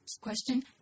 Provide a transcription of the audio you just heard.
Question